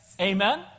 Amen